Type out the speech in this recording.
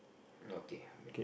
okay